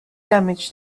damaged